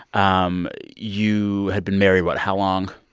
um you had been married what? how long?